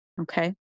okay